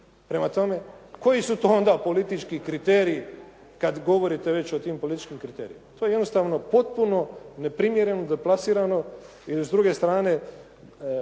Prema tome, koji su to onda politički kriteriji kad govorite već o tim političkim kriterijima. To je jednostavno potpuno neprimjereno, deplasirano i s druge strane,